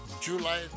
July